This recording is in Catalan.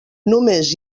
només